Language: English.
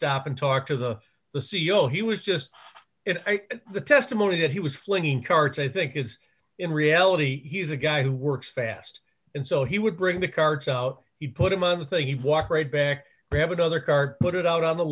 stop and talk to the the c e o he was just the testimony that he was flinging carts i think is in reality he's a guy who works fast and so he would bring the cards out you put him on the thing he walked right back to have another car put it out on the